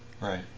Right